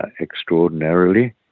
extraordinarily